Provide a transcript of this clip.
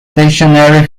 stationery